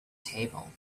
table